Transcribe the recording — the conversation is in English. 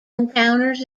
encounters